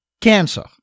cancer